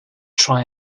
tri